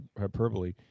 hyperbole